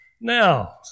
Now